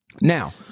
Now